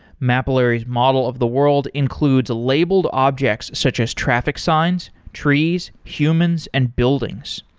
mapillary's model of the world includes labeled objects, such as traffic signs, trees, humans and buildings.